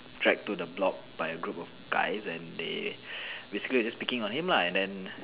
drag to the block by a group of guys and they basically picking on him lah and then